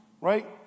right